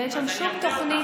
ואין שם שום תוכנית,